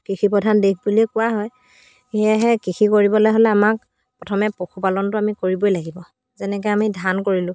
কৃষি প্ৰধান দেশ বুলি কোৱা হয় সেয়েহে কৃষি কৰিবলৈ হ'লে আমাক প্ৰথমে পশুপালনটো আমি কৰিবই লাগিব যেনেকৈ আমি ধান কৰিলোঁ